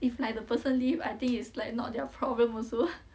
if like the person leave I think it's like not their problem also